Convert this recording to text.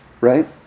right